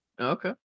Okay